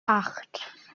acht